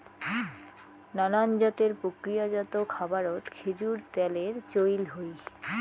নানান জাতের প্রক্রিয়াজাত খাবারত খেজুর ত্যালের চইল হই